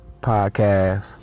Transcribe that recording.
podcast